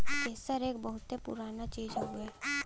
केसर एक बहुते पुराना चीज हउवे